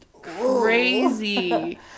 crazy